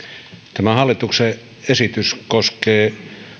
tämä hallituksen esitys koskee